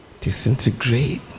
disintegrate